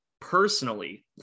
personally